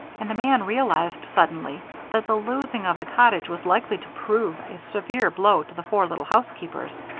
and the man realized suddenly that the losing of the cottage was likely to prove a severe blow to the four little housekeepers.